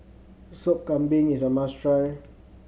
Sop Kambing is a must try